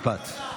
משפט.